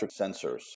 sensors